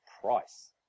price